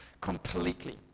completely